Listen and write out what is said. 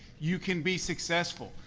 you can be successful.